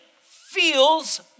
feels